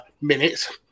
minutes